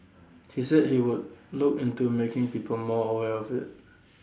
he said he would look into making people more aware of IT